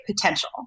potential